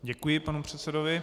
Děkuji panu předsedovi.